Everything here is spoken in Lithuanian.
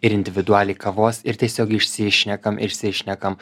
ir individualiai kavos ir tiesiog išsišnekam išsišnekam